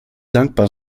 dankbar